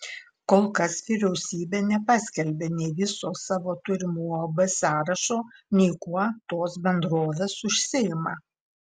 kol kas vyriausybė nepaskelbė nei viso savo turimų uab sąrašo nei kuo tos bendrovės užsiima